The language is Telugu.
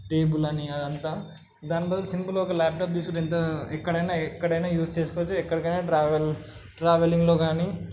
టేబుల్ అని అంతా దాని బదులు సింపుల్ ఒక ల్యాప్టాప్ తీసుకుంటే ఎక్కడైనా ఎక్కడైనా యూస్ చేసుకోవచ్చు ఎక్కడికైనా ట్రావెల్ ట్రావెలింగ్లో కానీ